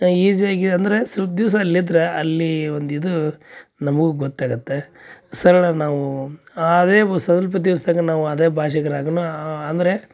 ಈಝಿಯಾಗಿ ಅಂದ್ರೆ ಸಲ್ಪ ದಿವಸ ಅಲ್ಲಿದ್ರೆ ಅಲ್ಲಿ ಒಂದು ಇದು ನಮಗೂ ಗೊತ್ತಾಗತ್ತೆ ಸರಳ ನಾವು ಅದೆಬು ಸಲ್ಪ ದಿವಸ್ದಾಗ ನಾವು ಅದೇ ಭಾಷೆದ್ರಾಗೂನು ಅಂದರೆ